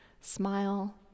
smile